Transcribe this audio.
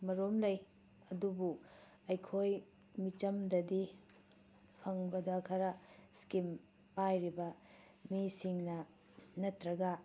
ꯃꯔꯨꯝ ꯂꯩ ꯑꯗꯨꯕꯨ ꯑꯩꯈꯣꯏ ꯃꯤꯆꯝꯗꯗꯤ ꯐꯪꯕꯗ ꯈꯔ ꯏꯁꯀꯤꯝ ꯄꯥꯏꯔꯤꯕ ꯃꯤꯁꯤꯡꯅ ꯅꯠꯇ꯭ꯔꯒ